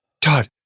Todd